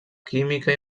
química